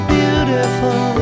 beautiful